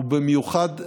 ובמיוחד לאירופה.